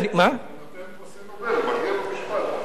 זה נותן פרסי נובל, מגיע לו משפט.